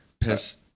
piss